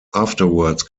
afterwards